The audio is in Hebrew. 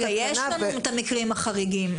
יש לנו את המקרים החריגים.